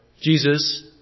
Jesus